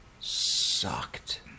sucked